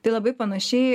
tai labai panašiai